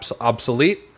obsolete